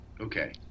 Okay